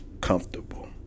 comfortable